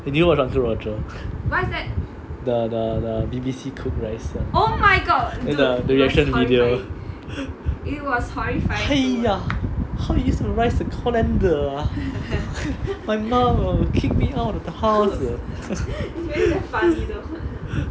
eh 你有没有 watch uncle roger the the the B_B_C cook rice [one] eh the the reaction video !haiya! how to use the rice cooker my mama will kick me out of the house